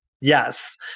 Yes